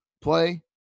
play